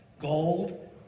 Gold